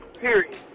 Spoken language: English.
period